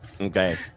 Okay